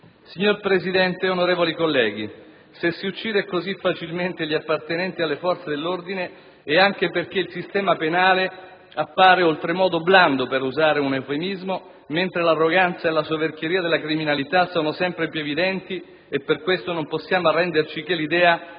Signor Presidente, onorevoli colleghi, se si uccidono così facilmente gli appartenenti alle forze dell'ordine è anche perché il sistema penale appare oltremodo blando - per utilizzare un eufemismo - mentre l'arroganza e la soverchieria della criminalità sono sempre più evidenti e per questo non possiamo arrenderci all'idea